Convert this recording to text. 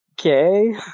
okay